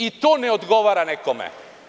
I to ne odgovara nekome.